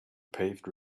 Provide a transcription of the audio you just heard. paved